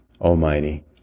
almighty